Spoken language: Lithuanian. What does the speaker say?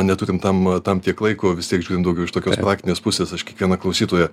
neturim tam tam tiek laiko vis tiek žiūrim daugiau iš tokios praktinės pusės aš kiekvieną klausytoją